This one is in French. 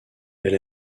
elle